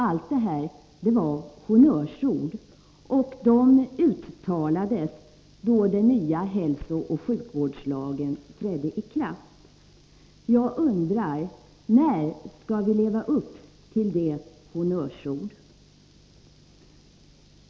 — Allt detta var honnörsord som uttalades då den nya hälsooch sjukvårdslagen trädde i kraft. Jag undrar: När skall vi leva upp till de honnörsorden?